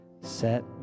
set